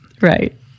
Right